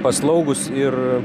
paslaugūs ir